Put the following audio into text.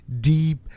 deep